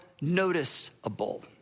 noticeable